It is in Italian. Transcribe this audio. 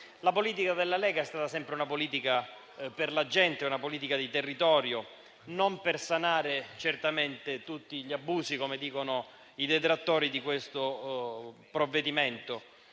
La politica della Lega è stata sempre per la gente, è una politica di territorio, non per sanare certamente tutti gli abusi, come dicono i detrattori di questo provvedimento.